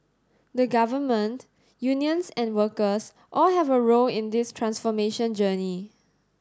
the Government unions and workers all have a role in this transformation journey